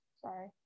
sorry